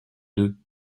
deux